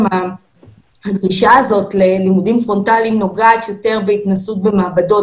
שהדרישה הזאת ללימודים פרונטליים נוגעת יותר בהתנסות במעבדות,